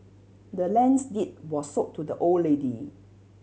the land's deed was sold to the old lady